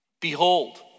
Behold